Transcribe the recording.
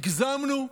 הגזמנו,